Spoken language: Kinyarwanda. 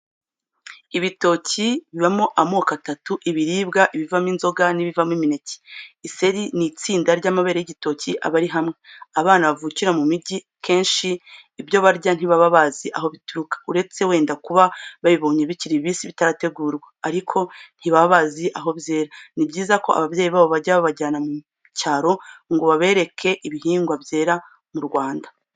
Ibitoki bibamo amoko atatu: ibiribwa, ibivamo inzoga n'ibivamo imineke. Iseri ni itsinda ry'amabere y'igitoki aba ari hamwe. Abana bavukira mu mijyi, kenshi ibyo barya ntibaba bazi aho bituruka. Uretse wenda kuba babibonye bikiri bibisi bitarategurwa, ariko ntibaba bazi aho byera. Ni byiza ko ababyeyi babo bajya babajyana mu cyaro ngo babereke ibihingwa byera mu Rwanda.